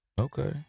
Okay